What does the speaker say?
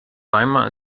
weimar